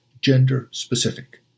gender-specific